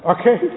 okay